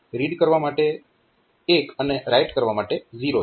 read કરવા માટે 1 અને રાઈટ કરવા માટે 0 છે